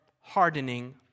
hardening